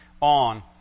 on